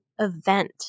event